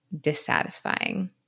dissatisfying